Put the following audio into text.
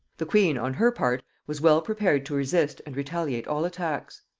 the queen, on her part, was well prepared to resist and retaliate all attacks.